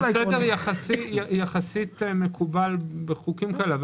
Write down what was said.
זה סדר מקובל יחסית בחוקים כאלה,